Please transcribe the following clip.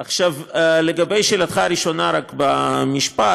עכשיו, לשאלתך הראשונה, רק במשפט: